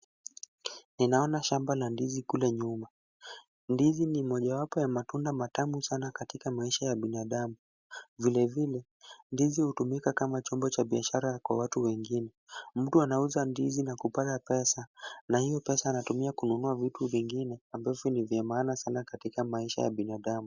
Ninaona shamba la ndizi kule nyuma. Ndizi ni mojawapo ya matunda matamu sana katika maisha ya binadamu. Vilevile ndizi hutumika kama chombo cha biashara kwa watu wengine. Mtu anauza ndizi na kupata pesa na hiyo pesa anatumia kununua vitu vingine ambavyo ni vya maana sana katika maisha ya binadamu.